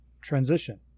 transition